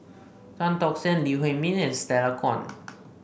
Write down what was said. Tan Tock San Lee Huei Min and Stella Kon